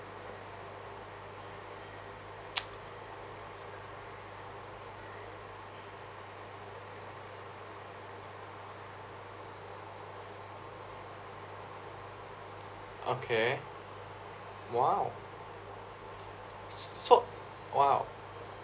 okay !wow! so !wow!